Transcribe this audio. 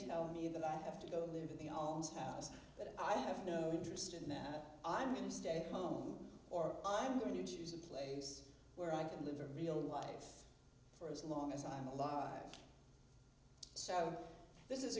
tell me that i have to go live in the almshouse that i have no interest in that i'm going to stay home or i'm going to choose a place where i can live a real life for as long as i'm alive so this is